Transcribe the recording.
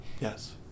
Yes